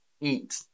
eat